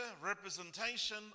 representation